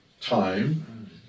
time